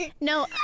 No